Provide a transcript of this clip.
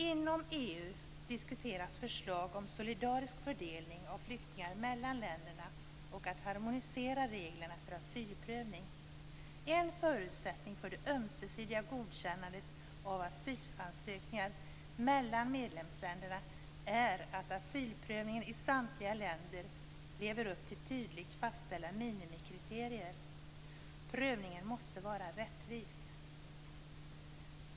Inom EU diskuteras förslag om solidarisk fördelning av flyktingar mellan länderna och att harmonisera reglerna för asylprövning. En förutsättning för det ömsesidiga godkännandet av asylansökningar mellan medlemsländerna är att asylprövningen i samtliga länder lever upp till tydligt fastställda minimikriterier. Prövningen måste vara rättvis.